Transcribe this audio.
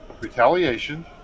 Retaliation